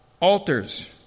Altars